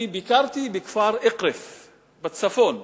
ביקרתי בכפר אקרית בצפון,